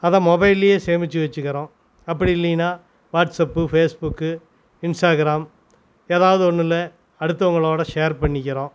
அதை மொபைல்லேயே சேமித்து வைச்சுக்கிறோம் அப்படி இல்லைனா வாட்ஸப் ஃபேஸ்புக் இன்ஸ்டாகிராம் ஏதாவது ஒன்றில் அடுத்தவங்களோடு ஷேர் பண்ணிக்கிறோம்